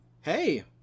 hey